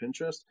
Pinterest